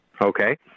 Okay